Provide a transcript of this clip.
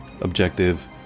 objective